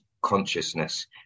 consciousness